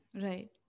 right